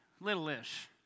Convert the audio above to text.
little-ish